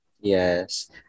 Yes